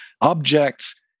objects